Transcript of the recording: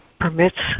permits